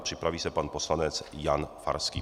Připraví se pan poslanec Jan Farský.